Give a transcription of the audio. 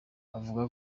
avuga